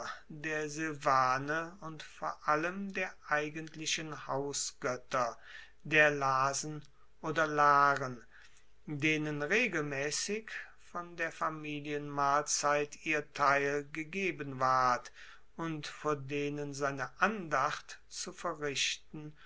der silvane und vor allem der eigentlichen hausgoetter der lasen oder laren denen regelmaessig von der familienmahlzeit ihr teil gegeben ward und vor denen seine andacht zu verrichten